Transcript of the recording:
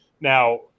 Now